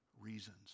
reasons